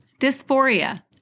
dysphoria